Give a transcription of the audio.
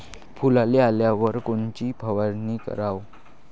फुलाले आल्यावर कोनची फवारनी कराव?